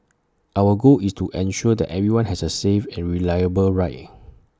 our goal is to ensure that everyone has A safe and reliable ride